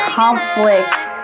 conflict